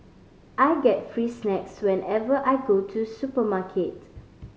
I get free snacks whenever I go to supermarket